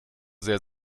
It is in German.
sehr